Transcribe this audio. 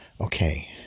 Okay